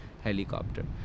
helicopter